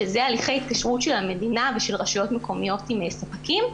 שזה הליכי התקשרות של המדינה ושל רשויות מקומיות עם ספקים.